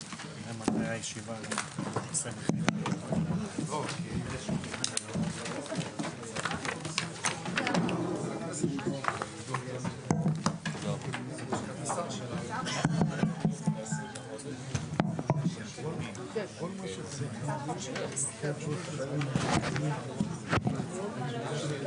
הישיבה ננעלה בשעה 16:00.